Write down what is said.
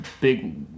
big